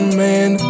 man